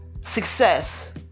success